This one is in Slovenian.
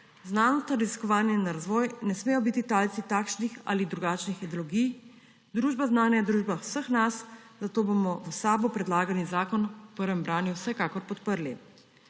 Znanstveno raziskovanje in razvoj ne smeta biti talca takšnih ali drugačnih ideologij. Družba znanja je družba vseh nas, zato bomo v SAB predlagani zakon v prvem branju vsekakor podprli.